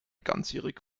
ganzjährig